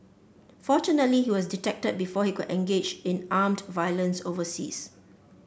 fortunately he was detected before he could engage in armed violence overseas